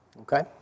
Okay